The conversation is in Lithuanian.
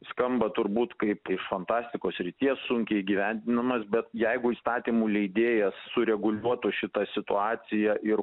skamba turbūt kaip iš fantastikos srities sunkiai įgyvendinamas bet jeigu įstatymų leidėjas sureguliuotų šitą situaciją ir